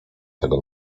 tego